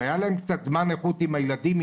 שהיה להם קצת זמן איכות עם הילדים,